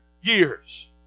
years